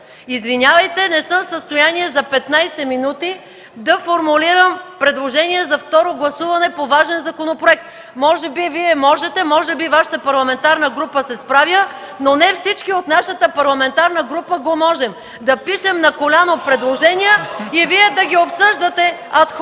Извинявайте, не съм в състояние за 15 минути да формулирам предложения за второ гласуване по важен законопроект. Може би Вие можете, може би Вашата парламентарна група се справя, но не всички от нашата парламентарна група го можем – да пишем на коляно предложения и Вие да ги обсъждате ад хок.